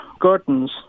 curtains